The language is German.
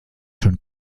schon